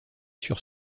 sur